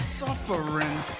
suffering